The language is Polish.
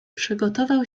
przygotował